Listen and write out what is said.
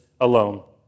alone